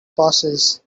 passes